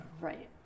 right